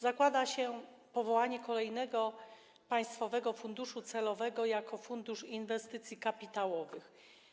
Zakłada się powołanie kolejnego państwowego funduszu celowego - Funduszu Inwestycji Kapitałowych.